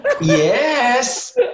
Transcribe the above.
Yes